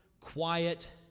quiet